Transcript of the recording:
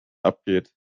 abgeht